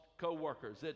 co-workers